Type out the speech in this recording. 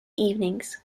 evenings